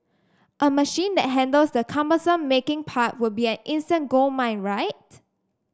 a machine that handles the cumbersome 'making' part would be an instant goldmine right